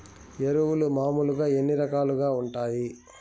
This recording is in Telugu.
ఎరువులు మామూలుగా ఎన్ని రకాలుగా వుంటాయి?